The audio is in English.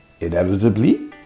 inevitably